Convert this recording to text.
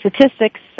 statistics